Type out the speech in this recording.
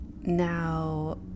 now